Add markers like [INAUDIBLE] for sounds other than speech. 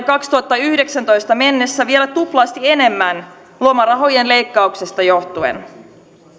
[UNINTELLIGIBLE] kaksituhattayhdeksäntoista mennessä vielä tuplasti enemmän lomarahojen leikkauksesta johtuen